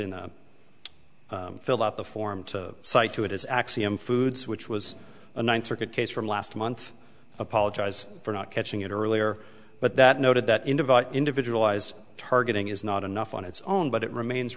in filled out the form to cite to it as axiom foods which was a ninth circuit case from last month apologize for not catching it earlier but that noted that in individual ised targeting is not enough on its own but it remains